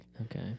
Okay